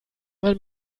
man